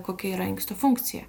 kokia yra inkstų funkcija